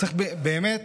צריך באמת